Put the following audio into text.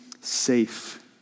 safe